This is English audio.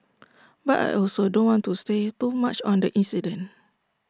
but I also don't want to say too much on the incident